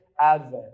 advent